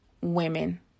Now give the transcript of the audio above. women